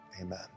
Amen